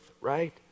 right